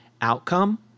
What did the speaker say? outcome